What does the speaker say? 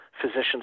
physicians